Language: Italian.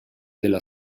della